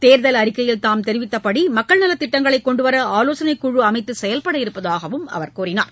தேர்தல் அறிக்கையில் தாம் தெரிவித்தபடி மக்கள் நலத்திட்டங்களைக் கொண்டுவர ஆலோசனைக் குழு அமைத்து செயல்பட இருப்பதாகவும் தெரிவித்தார்